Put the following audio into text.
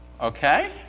Okay